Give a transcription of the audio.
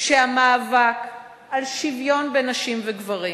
שהמאבק על שוויון בין נשים לגברים